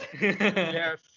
yes